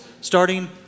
starting